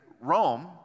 Rome